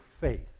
faith